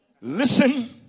Listen